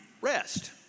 rest